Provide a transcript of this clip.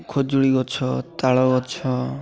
ଖଜୁୁରୀ ଗଛ ତାଳ ଗଛ